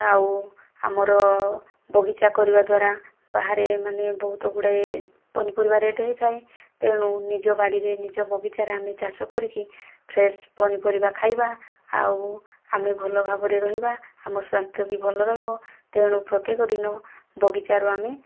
ଆଉ ଆମର ବଗିଚା କରିବା ଦ୍ବାରା ବାହାରେ ମାନେ ବହୁତ ଗୁଡ଼ାଏ ପନିପରିବା ରେଟ ହୋଇଥାଏ ତେଣୁ ନିଜ ବାଡ଼ିରେ ନିଜ ବଗିଚାରେ ଆମେ ଚାଷ କରିକି ଫ୍ରେଶ ପନିପରିବା ଖାଇବା ଆଉ ଆମେ ଭଲ ଭାବରେ ରହିବା ଆମ ସ୍ବାସ୍ଥ୍ୟ ବି ଭଲ ରହିବ ତେଣୁ ପ୍ରତ୍ୟକ ଦିନ ବଗିଚାରୁ ଆମେ